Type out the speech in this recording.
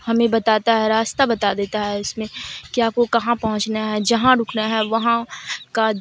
ہمیں بتاتا ہے راستہ بتا دیتا ہے اس میں کہ آپ کو کہاں پہنچنا ہے جہاں رکنا ہے وہاں کا